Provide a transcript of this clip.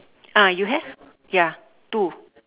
ah you have ya two